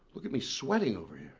look at me sweating over